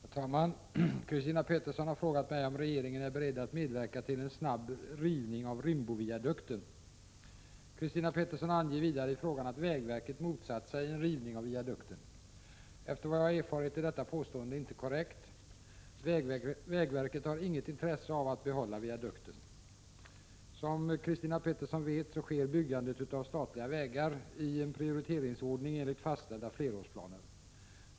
Herr talman! Christina Pettersson har frågat mig om regeringen är beredd att medverka till en snabb rivning av Rimboviadukten. Christina Pettersson anger vidare i frågan att vägverket motsatt sig en rivning av viadukten. Efter vad jag erfarit är detta påstående inte korrekt. Vägverket har inget intresse av att behålla viadukten. Som Christina Pettersson vet sker byggandet av statliga vägar i en prioriteringsordning enligt fastställda flerårsplaner.